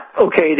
okay